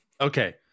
Okay